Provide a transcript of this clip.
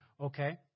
Okay